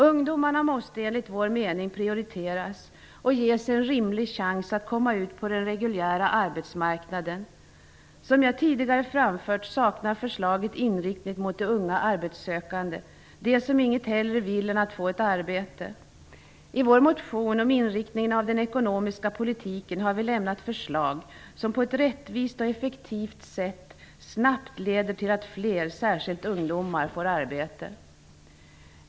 Ungdomarna måste enligt vår mening prioriteras och ges en rimlig chans att komma ut på den reguljära arbetsmarknaden. Som jag tidigare har framfört saknar förslaget inriktning mot de unga arbetssökande -- de som inget hellre vill än få ett arbete. I vår motion om inriktningen av den ekonomiska politiken har vi förslag som på ett rättvist och effektivt sätt snabbt leder till att fler människor, och då särskilt ungdomar, får arbete.